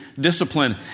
discipline